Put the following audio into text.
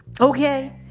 Okay